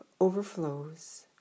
overflows